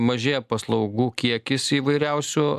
mažėja paslaugų kiekis įvairiausių